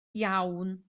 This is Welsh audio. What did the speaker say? iawn